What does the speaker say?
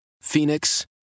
Phoenix